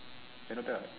not bad what